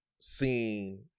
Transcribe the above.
seen